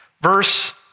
verse